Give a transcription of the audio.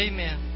Amen